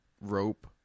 rope